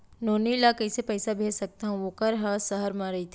नोनी ल कइसे पइसा भेज सकथव वोकर ह सहर म रइथे?